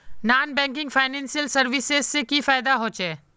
Non banking financial services से की फायदा होचे?